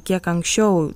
kiek anksčiau